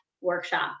workshop